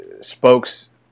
spokes